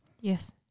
Yes